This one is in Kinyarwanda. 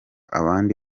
abandi